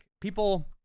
people